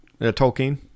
Tolkien